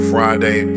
Friday